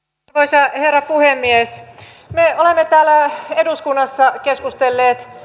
arvoisa herra puhemies me olemme täällä eduskunnassa keskustelleet